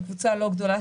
בקבוצה לא גדולה,